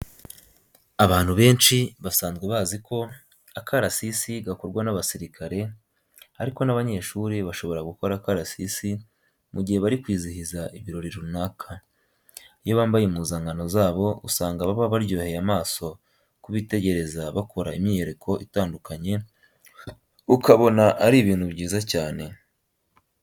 Abantu benshi basanzwe bazi ko akarasisi gakorwa n'abasirikare ariko n'abanyeshuri bashobora gukora akarasisi mu gihe bari kwizihiza ibirori runaka. Iyo bambaye impuzankano zabo usanga baba baryoheye amaso kubitegereza bakora imyiyereko itandukanye ukabona ari ibintu byiza cyane.